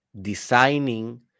Designing